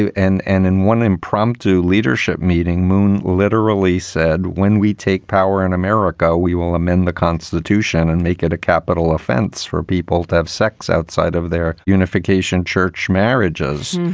and and in one impromptu leadership meeting, moon literally said, when we take power in america, we will amend the constitution and make it a capital offense for people to have sex outside of their unification church marriages.